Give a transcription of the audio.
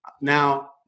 now